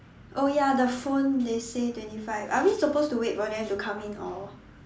oh ya the phone they say twenty five are we supposed to wait for them to come in or